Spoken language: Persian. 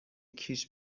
کیش